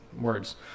words